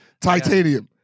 Titanium